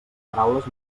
paraules